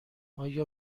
آیا